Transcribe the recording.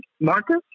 Marcus